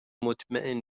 مطمئن